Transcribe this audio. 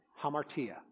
hamartia